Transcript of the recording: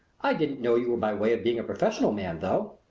i didn't know you were by way of being a professional man, though.